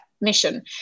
mission